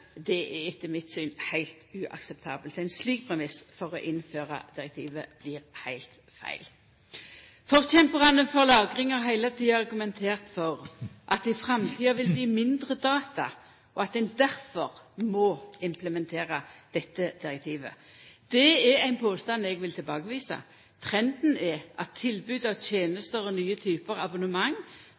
direktivet, er etter mitt syn heilt uakseptabelt. Ein slik premiss for å innføra direktivet blir heilt feil. Forkjemparane for lagring har heile tida argumentert for at det i framtida vil bli mindre data, og at ein difor må implementera dette direktivet. Det er ein påstand eg vil tilbakevisa. Trenden er at tilbydar av tenester og nye typar abonnement